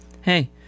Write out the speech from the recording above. hey